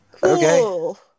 Cool